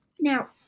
Now